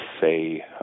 say